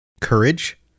Courage